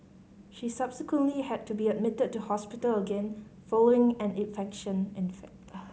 she subsequently had to be admitted to hospital again following an infection